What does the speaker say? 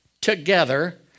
together